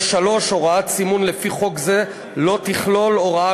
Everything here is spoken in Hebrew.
3. הוראת סימון לפי חוק זה לא תכלול הוראה